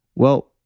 well,